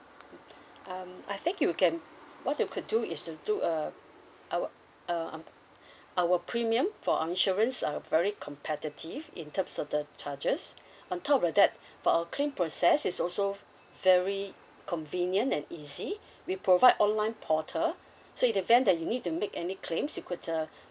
mm um I think you can what you could do is to do uh our uh um our premium for our insurance are very competitive in terms of the charges on top of that for our claim process is also v~ very convenient and easy we provide online portal so in event that you need to make any claims you could uh